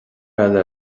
eile